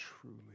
truly